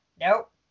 Nope